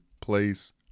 place